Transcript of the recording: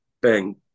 bang